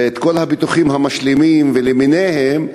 את כל הביטוחים המשלימים למיניהם,